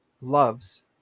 loves